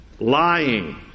lying